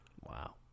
Wow